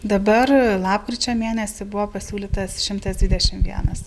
dabar lapkričio mėnesį buvo pasiūlytas šimtas dvidešim vienas